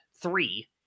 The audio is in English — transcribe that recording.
Three